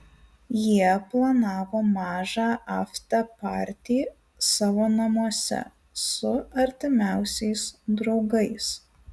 jie planavo mažą aftepartį savo namuose su artimiausiais draugais